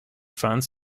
funds